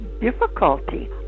difficulty